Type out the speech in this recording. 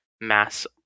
mass